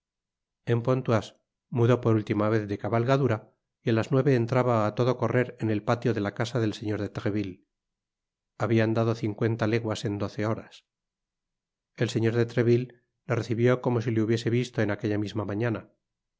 en pontoise mudó por última vez de cabalgadura y á las nueve entraba á iodo correr en el patio de la casa del señor de treville habia andado cincuenta leguas ea doce horas el señor de treville le recibió como si le hubiese visto en aquella misma mañana